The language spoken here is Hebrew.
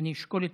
אני אשקול את